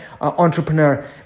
entrepreneur